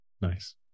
Nice